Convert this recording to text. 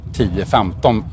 10-15